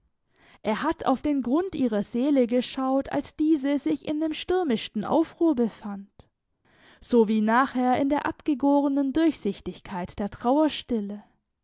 er hat auf den grund ihrer seele geschaut als diese sich in dem stürmischsten aufruhr befand so wie nachher in der abgegorenen durchsichtigkeit der